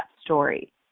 story